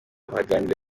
baraganira